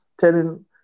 Telling